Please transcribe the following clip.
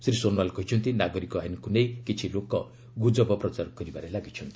ଶ୍ରୀ ସୋନୱାଲ କହିଛନ୍ତି ନାଗରିକ ଆଇନ୍କୁ ନେଇ କିଛି ଲୋକ ଗୁଜବ ପ୍ରଚାର କରିବାରେ ଲାଗିଛନ୍ତି